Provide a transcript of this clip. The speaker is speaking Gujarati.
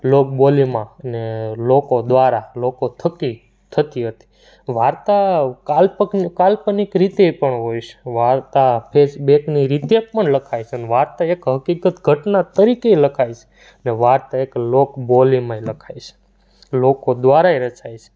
લોક બોલીમાં ને લોકો દ્વારા લોકો થકી થતી હતી વાર્તા કાલ્પન કાલ્પનિક રીતે પણ હોય છે વાર્તા ફ્લેશબેકની રીતે પણ લખાય છે વાર્તા એક હકીકત ઘટના તરીકેય લખાય છે ને વાર્તા એક લોકબોલીમાંય લખાય છે લોકો દ્વારા એ રચાય છે